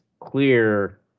clear